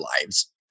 lives